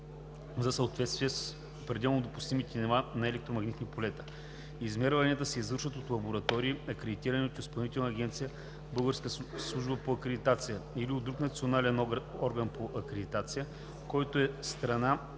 за съответствие с пределно допустимите нива на електромагнитни полета. Измерванията се извършват от лаборатории, акредитирани от Изпълнителна агенция „Българска служба по акредитация“ или от друг национален орган по акредитация, който е страна